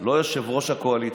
לא יושב-ראש הקואליציה.